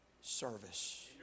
service